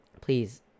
Please